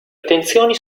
attenzioni